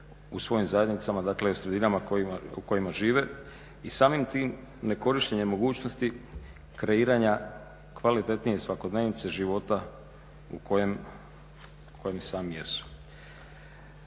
u svojim zajednicama, dakle u sredinama u kojima žive. I samim tim nekorištenjem mogućnosti kreiranja kvalitetnije svakodnevnice života u kojem i sami jesu.